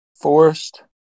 Forest